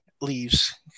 leaves